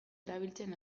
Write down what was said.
erabiltzen